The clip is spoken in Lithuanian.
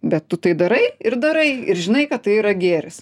bet tu tai darai ir darai ir žinai kad tai yra gėris